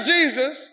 Jesus